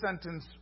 sentence